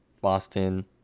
Boston